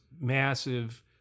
massive